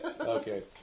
Okay